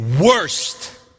worst